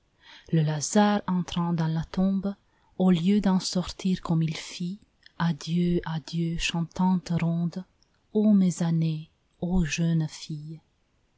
le lazare entrant dans la tombe au lieu d'en sortir comme il fit adieu adieu chantante ronde ô mes années ô jeunes filles